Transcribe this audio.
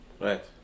Right